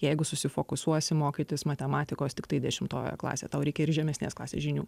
jeigu susifokusuosi mokytis matematikos tiktai dešimtojoje klasėje tau reikia ir žemesnės klasės žinių